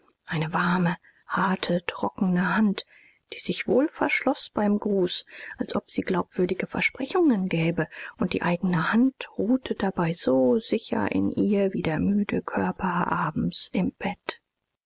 eine warme harte trockene hand die sich wohlverschloß beim gruß als ob sie glaubwürdige versprechungen gäbe und die eigne hand ruhte dabei so sicher in ihr wie der müde körper abends im bett